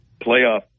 playoff